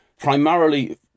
Primarily